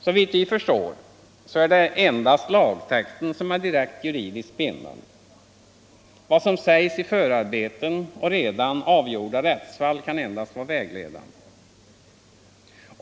Såvitt vi förstår är det endast lagtexten som är direkt juridiskt bindande. Vad som sägs i förarbeten och redan avgjorda rättsfall kan endast vara vägledande.